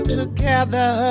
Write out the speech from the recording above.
together